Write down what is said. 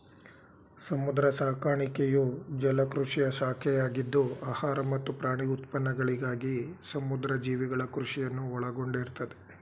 ಸಮುದ್ರ ಸಾಕಾಣಿಕೆಯು ಜಲಕೃಷಿಯ ಶಾಖೆಯಾಗಿದ್ದು ಆಹಾರ ಮತ್ತು ಪ್ರಾಣಿ ಉತ್ಪನ್ನಗಳಿಗಾಗಿ ಸಮುದ್ರ ಜೀವಿಗಳ ಕೃಷಿಯನ್ನು ಒಳಗೊಂಡಿರ್ತದೆ